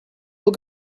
will